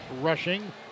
rushing